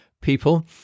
people